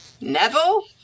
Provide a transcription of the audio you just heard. Neville